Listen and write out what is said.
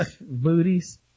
booties